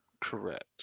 Correct